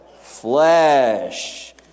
flesh